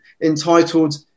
entitled